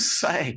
say